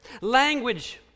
Language